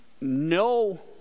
no